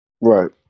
Right